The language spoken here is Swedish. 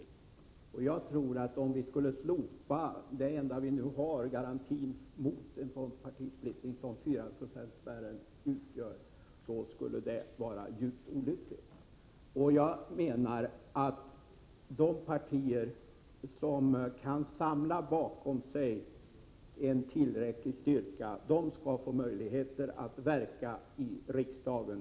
Jag tror att det vore djupt olyckligt om vi skulle slopa den enda garanti vi nu har mot en sådan partisplittring som 4-procentsspärren utgör. Jag menar att de partier som kan samla en tillräcklig styrka bakom sig skall få möjligheter att verka i riksdagen.